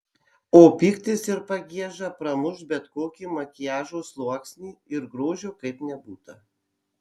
o pyktis ir pagieža pramuš bet kokį makiažo sluoksnį ir grožio kaip nebūta